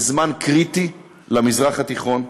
זה זמן קריטי למזרח התיכון.